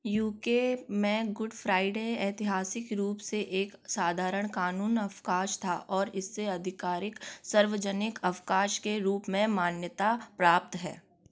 you K में Good Friday ऐतिहासिक रूप से एक साधारण कानून अवकाश था और इसे आधिकारिक सार्वजनिक अवकाश के रूप में मान्यता प्राप्त है